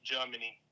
Germany